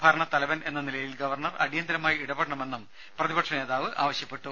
ഭരണത്തലവൻ എന്ന നിലയിൽ ഗവർണർ അടിയന്തരമായി ഇടപെടണമെന്നും പ്രതിപക്ഷ നേതാവ് ആവശ്യപ്പെട്ടു